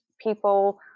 people